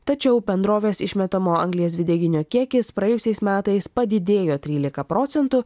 tačiau bendrovės išmetamo anglies dvideginio kiekis praėjusiais metais padidėjo trylika procentų